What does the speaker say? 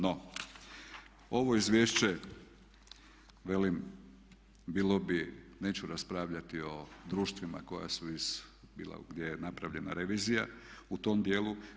No, ovo izvješće velim bilo bi, neću raspravljati o društvima koja su iz, gdje je napravljena revizija u tom dijelu.